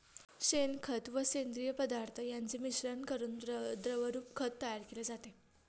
शेणखत व सेंद्रिय पदार्थ यांचे मिश्रण करून द्रवरूप खत तयार केले जाते